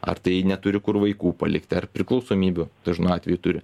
ar tai neturi kur vaikų palikti ar priklausomybių dažnu atveju turi